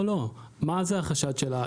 לא, מה זה החשד שלה?